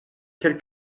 quel